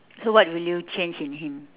so what will you change in him